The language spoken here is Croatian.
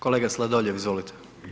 Kolega Sladoljev, izvolite.